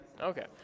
Okay